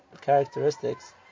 characteristics